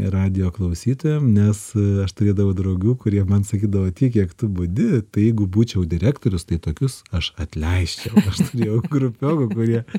radijo klausytojam nes aš turėdavau draugų kurie man sakydavo tiek kiek tu budi tai jeigu būčiau direktorius tai tokius aš atleisčiau aš turėjau grupiokų kurie